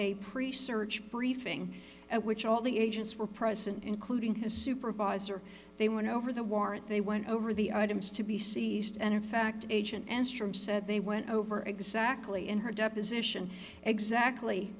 a pre search briefing at which all the agents were present including his supervisor they went over the warrant they went over the items to be seized and in fact agent as from said they went over exactly in her deposition exactly